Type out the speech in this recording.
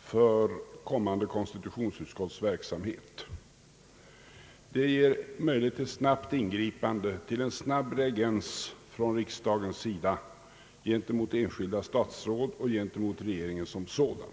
för kommande konstitutionsutskotts verksamhet. De ger möjlighet till snabbt ingripande, till en snabb reaktion från riksdagens sida, gentemot enskilda statsråd och gentemot regeringen som sådan.